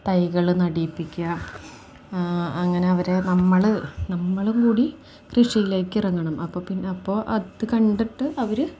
തൈകൾ നടിയിപ്പിക്കുക അങ്ങനെയവരെ നമ്മൾ നമ്മളും കൂടി കൃഷിയിലേക്ക് ഇറങ്ങണം അപ്പം പിന്നെ അപ്പോൾ അതു കണ്ടിട്ട് അവർ